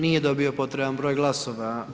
Nije dobio potreban broj glasova.